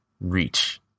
reach